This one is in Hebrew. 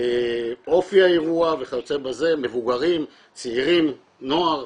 אופי האירוע וכיוצא בזה, מבוגרים, צעירים, נוער,